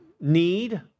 need